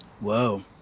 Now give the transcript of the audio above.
Whoa